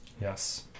Yes